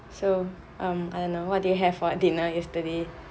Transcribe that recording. so um I know what did you have for dinner yesterday